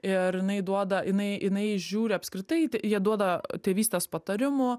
ir jinai duoda jinai jinai žiūri apskritai jie duoda tėvystės patarimų